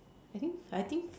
I think I think